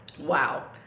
Wow